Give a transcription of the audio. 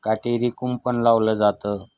काटेरी कुंपण लावलं जातं